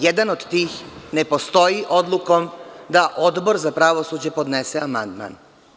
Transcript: Jedan od tih ne postoji odlukom da Odbor za pravosuđe podnese amandman.